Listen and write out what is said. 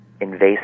invasive